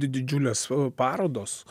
didžiulės parodos